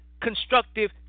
constructive